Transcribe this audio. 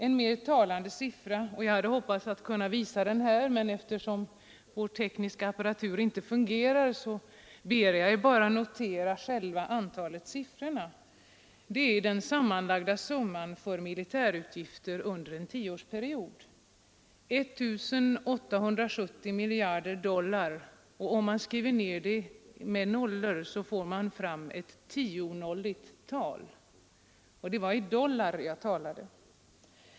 En mer talande siffra kan vara den sammanlagda summan för militärutgifter under en tioårsperiod: 1 870 miljarder dollar. Om man skriver ner den summan helt i siffror, får man ett tal med tio nollor — och det gäller dollar!